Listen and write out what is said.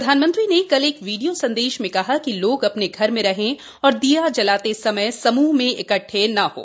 प्रधानमंत्री ने कल एक वीडियो संदेश में कहा कि लोग अपने घर में रहें और दिया जलाते समय समूह में इकट्ठे न हों